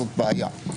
זאת בעיה.